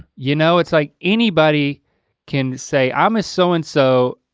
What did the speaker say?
you know it's like anybody can say, i'm ah so and so,